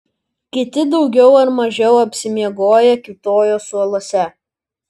kiti daugiau ar mažiau apsimiegoję kiūtojo suoluose